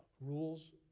rules.